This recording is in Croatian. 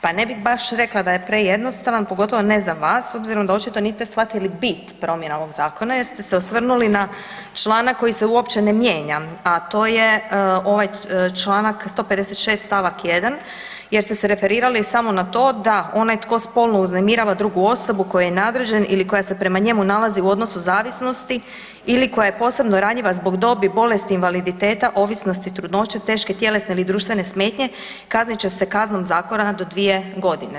Pa ne bih baš rekla da je prejednostavan pogotovo ne za vas s obzirom da očito niste shvatili bit promjena ovog zakona jer ste se osvrnuli na članak koji se uopće ne mijenja, a to je ovaj čl. 156. st. 1. jer ste se referirali samo na to da onaj tko spolno uznemirava drugu osobu kojoj je nadređen ili koja se prema njemu nalazi u odnosu zavisnosti ili koja je posebno ranjiva zbog dobi, bolesti, invaliditeta, ovisnosti trudnoće, teške tjelesne ili društvene smetnje, kaznit će se kaznom zakona do 2.g.